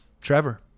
Trevor